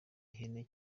igihe